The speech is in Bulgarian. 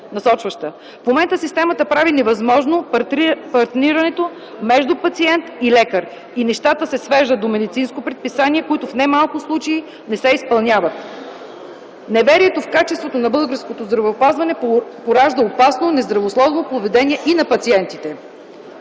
насочваща. В момента системата прави невъзможно партнирането между пациент и лекар и нещата се свеждат за медицински предписания, които в немалко случаи не се изпълняват. Неверието в качеството на българското здравеопазване поражда опасно нездравословно поведение и на пациентите.